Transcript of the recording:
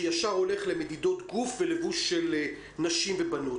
שישר הולך למדידות גוף בלבוש של נשים ובנות.